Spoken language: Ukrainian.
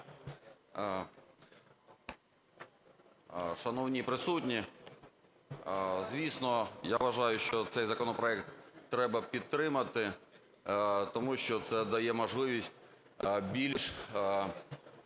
Шановні присутні! Звісно я вважаю, що цей законопроект треба підтримати, тому що це дає можливість більш